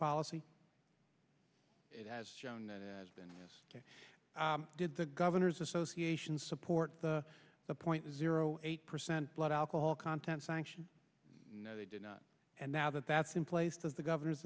policy it has shown that it has been as it did the governor's association support the point zero eight percent blood alcohol content sanction no they did not and now that that's in place the governors